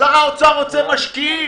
האוצר רוצה משקיעים